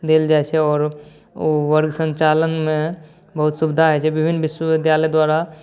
देल जाइ छै आओर वर्ग सञ्चालनमे बहुत सुविधा होइ छै विभिन्न विश्वविद्यालय द्वारा